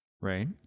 Right